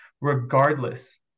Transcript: regardless